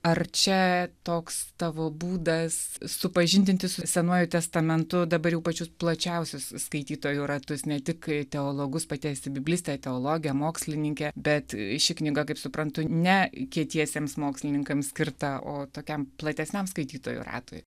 ar čia toks tavo būdas supažindinti su senuoju testamentu dabar jau pačius plačiausius skaitytojų ratus ne tik teologus pati esi biblistė teologė mokslininkė bet ši knyga kaip suprantu ne kietiesiems mokslininkams skirta o tokiam platesniam skaitytojų ratui